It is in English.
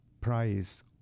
price